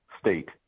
state